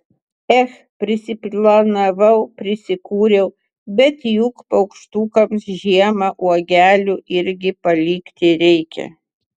ech prisiplanavau prisikūriau bet juk paukštukams žiemą uogelių irgi palikti reikia